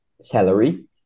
salary